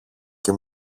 και